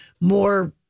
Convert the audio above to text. more